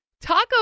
Taco